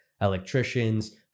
electricians